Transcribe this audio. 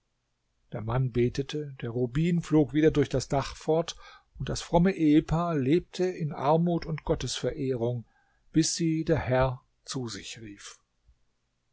der mann betete der rubin flog wieder durch das dach fort und das fromme ehepaar lebte in armut und gottesverehrung bis sie der herr zu sich rief